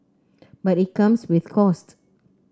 but it comes with costs